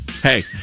Hey